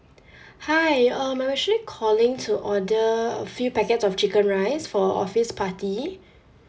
hi um I'm actually calling to order a few packets of chicken rice for a office party